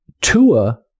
Tua